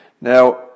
Now